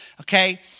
okay